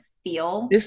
feel